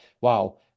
Wow